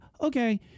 okay